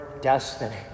destiny